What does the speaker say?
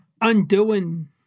undoing